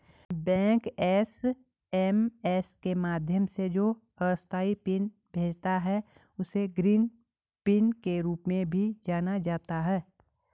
bank SMS के माध्यम से जो अस्थायी पिन भेजता है, उसे ग्रीन पिन के रूप में भी जाना जाता है